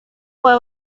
fue